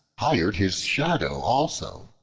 hired his shadow also.